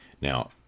Now